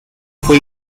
fue